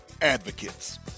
Advocates